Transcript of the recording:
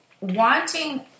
wanting